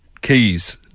keys